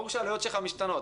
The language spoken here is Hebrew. ברור שהעלויות שלך משתנות.